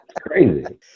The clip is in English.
crazy